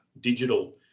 digital